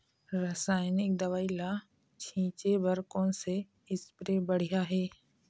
रासायनिक दवई ला छिचे बर कोन से स्प्रे बढ़िया हे?